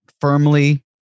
firmly